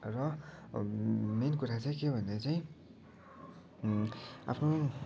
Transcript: र मेन कुरा चाहिँ के हो भन्दा चाहिँ आफ्नो